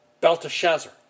Belteshazzar